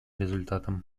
результатам